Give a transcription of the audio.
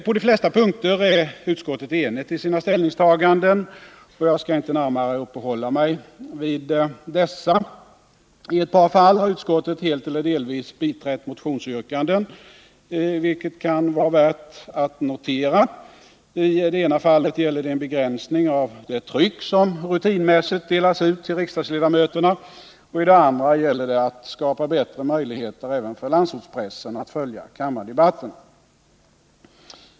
På de flesta punkter är utskottet enigt i sina ställningstaganden, och jag skall inte närmare uppehålla mig vid dessa. I ett par fall har utskottet helt eller delvis biträtt motionsyrkanden, vilket kan vara värt att notera. I det ena fallet gäller det en begränsning av det tryck som rutinmässigt delas ut till riksdagsledamöterna, och i det andra gäller det att skapa bättre möjligheter 21 även för landsortspressen att följa kammardebatterna.